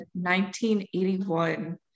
1981